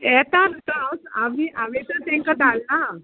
येता आतां हांव हांवेनूच तेंकां धाडलां